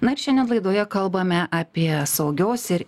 na ir šiandien laidoje kalbame apie saugios ir